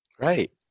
Right